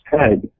head